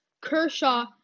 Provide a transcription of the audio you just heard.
Kershaw